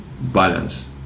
balance